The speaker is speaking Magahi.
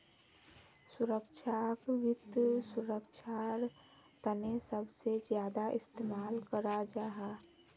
सुरक्षाक वित्त सुरक्षार तने सबसे ज्यादा इस्तेमाल कराल जाहा